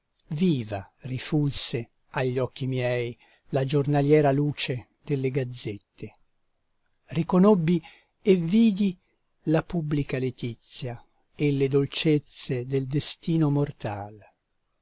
viva rifulse agli occhi miei la giornaliera luce delle gazzette riconobbi e vidi la pubblica letizia e le dolcezze del destino mortal